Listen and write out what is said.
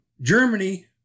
Germany